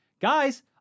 Guys